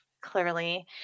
clearly